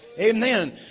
Amen